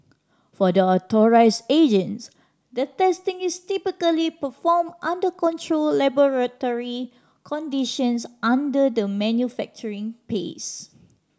for the authorised agents the testing is typically performed under controlled laboratory conditions under the manufacturing phase